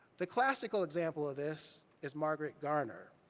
the classical example of this is margaret garner,